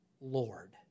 Lord